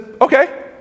okay